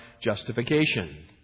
justification